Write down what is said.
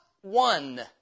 one